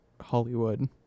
hollywood